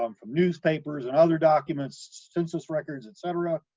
um from newspapers and other documents, census records, etc,